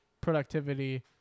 productivity